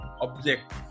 object